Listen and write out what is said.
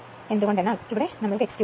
അതായത് T 1 T 2 30 Ia 2 x cube